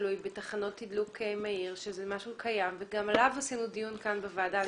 תלוי בתחנות תדלוק מהיר שזה משהו קיים וגם עליו קיימנו דיון כאן בוועדה.